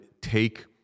take